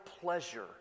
pleasure